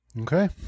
Okay